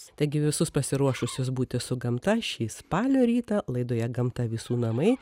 taigi visus pasiruošusius būti su gamta šį spalio rytą laidoje gamta visų namai